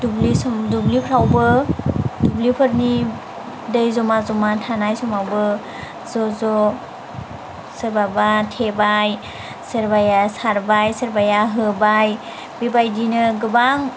दुब्लिफ्रावबो दुब्लिफोरनि दै ज'मा ज'मा थानाय समावबो ज'ज' सोरबाबा थेबाय सोरबाया सारबाय सोरबाया होबाय बेबायदिनो गोबां